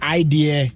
idea